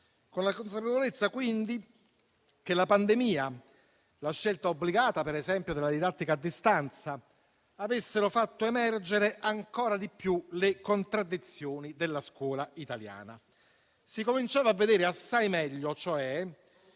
con la consapevolezza quindi che la pandemia e, ad esempio, la scelta obbligata della didattica a distanza avessero fatto emergere ancora di più le contraddizioni della scuola italiana. Si cominciava a vedere assai meglio quello